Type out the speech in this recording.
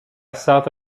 south